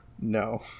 No